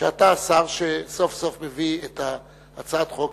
שאתה השר שסוף-סוף מביא את הצעת חוק,